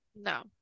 No